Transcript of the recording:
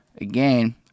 again